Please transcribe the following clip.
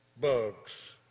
bugs